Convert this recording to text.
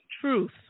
Truth